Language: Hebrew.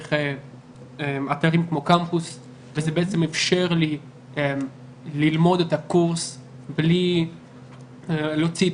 דרך אתרים כמו קמפוס וזה בעצם אפשר לי ללמוד את הקורס בלי להוציא את